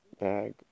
bag